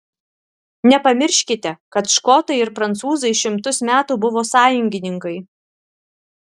nepamirškite kad škotai ir prancūzai šimtus metų buvo sąjungininkai